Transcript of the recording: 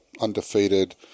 undefeated